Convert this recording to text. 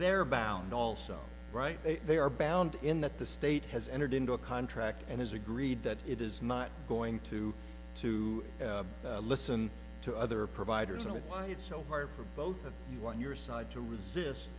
they're bound also right they are bound in that the state has entered into a contract and has agreed that it is not going to to listen to other providers and why it's so hard for both of you on your side to resist